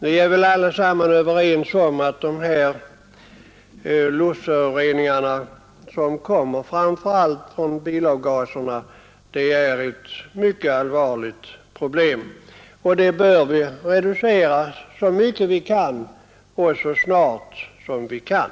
Vi är väl allesammans överens om att de luftföroreningar som kommer framför allt från bilavgaserna är ett mycket allvarligt problem. Det bör vi reducera så mycket vi kan och så snart vi kan.